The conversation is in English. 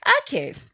Okay